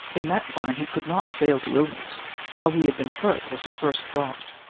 in that time he could not fail to illness how he had been hurt was her first thought.